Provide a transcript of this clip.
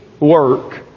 work